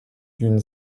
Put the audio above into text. d’une